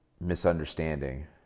misunderstanding